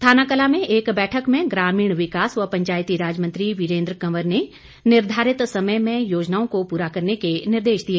थानाकलां में एक बैठक में ग्रामीण विकास व पंचायतीराज मंत्री वीरेन्द्र कंवर ने निर्धारित समय में योजनाओं को पूरा करने के निर्देश दिए